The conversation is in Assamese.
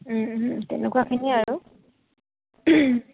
তেনেকুৱাখিনিয়ে আৰু